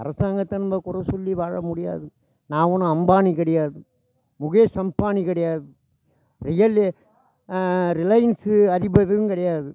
அரசாங்கத்தை நம்ம குறை சொல்லி வாழ முடியாது நான் ஒன்றும் அம்பானி கிடையாது முகேஷ் அம்பானி கிடையாது ரியலு ரிலைன்ஸு அதிபதியும் கிடையாது